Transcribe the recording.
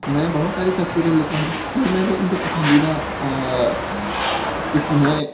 میں بہت ساری تصویریں لیتا ہوں سب سے میرے مجھے پسندیدہ قسم ہیں